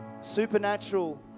Supernatural